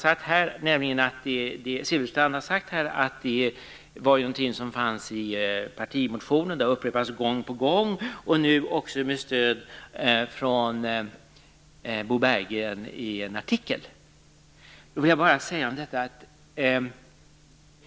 Som Bengt Silfverstrand här sade fanns det med i Moderaternas partimotion, och det har upprepats gång på gång - nu också med stöd av en artikel av Bo Bergren.